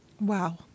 Wow